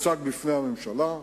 התוכנית הוצגה לפני הממשלה,